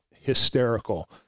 hysterical